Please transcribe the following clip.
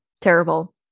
terrible